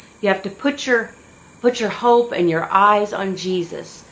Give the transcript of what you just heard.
you have to put your put your hope and your eyes on jesus.